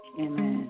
Amen